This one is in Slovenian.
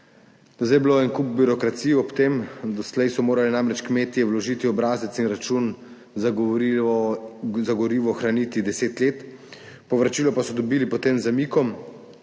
Zdaj je bilo en kup birokracije ob tem, doslej so morali namreč kmetje vložiti obrazec in račun za gorivo hraniti 10 let, povračilo pa so dobili potem z zamikom.